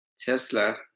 Tesla